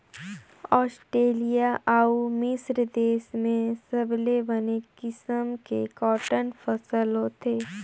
Australia अउ मिस्र देस में सबले बने किसम के कॉटन फसल होथे